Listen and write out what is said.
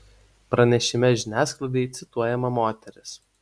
pranešime žiniasklaidai cituojama moteris